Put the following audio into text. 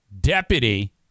deputy